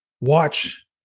watch